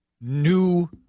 new